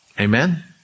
Amen